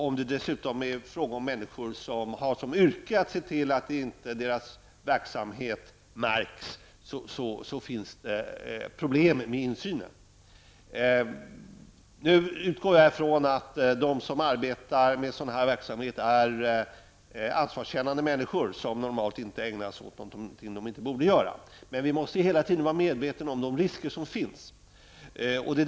Är det dessutom fråga om människor som har till yrke att se till att deras verksamhet inte märks, finns det problem med insynen. Jag utgår ifrån att de som arbetar med sådan verksamhet är ansvarskännande människor som normalt inte ägnar sig åt någonting de inte borde. Vi måste hela tiden vara medvetna om de risker som finns.